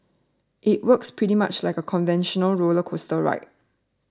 it works pretty much like a conventional roller coaster ride